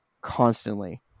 constantly